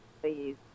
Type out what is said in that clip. please